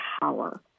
power